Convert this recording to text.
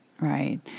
right